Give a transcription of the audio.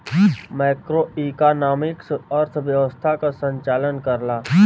macroeconomics अर्थव्यवस्था क संचालन करला